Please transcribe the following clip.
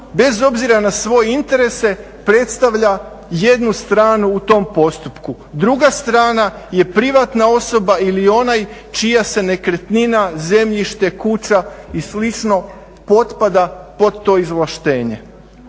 bez obzira na svoje interese predstavlja jednu stranu u tom postupku. Druga strana je privatna osoba ili onaj čija se nekretnina, zemljište, kuća i slično potpada pod to izvlaštenje.